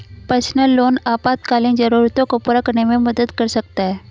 personal loan आपातकालीन जरूरतों को पूरा करने में मदद कर सकता है